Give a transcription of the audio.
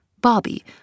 Bobby